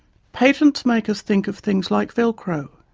patents make us think of things like velcro,